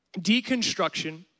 Deconstruction